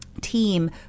team